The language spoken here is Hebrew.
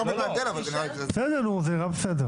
זה נראה בסדר.